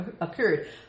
occurred